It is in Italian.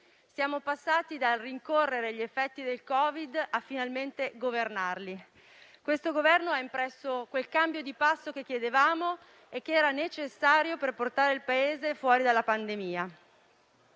Siamo passati dal rincorrere gli effetti del Covid a finalmente governarli. Questo Governo ha impresso quel cambio di passo che chiedevamo e che era necessario per portare il Paese fuori dalla pandemia.